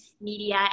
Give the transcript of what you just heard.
media